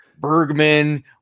Bergman